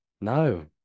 no